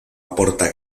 aporta